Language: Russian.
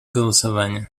голосование